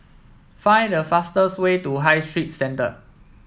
find the fastest way to High Street Centre